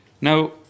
Now